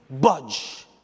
budge